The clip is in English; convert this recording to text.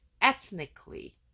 ethnically